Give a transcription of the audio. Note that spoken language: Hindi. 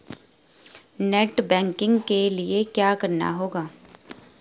नेट बैंकिंग के लिए क्या करना होगा?